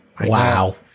Wow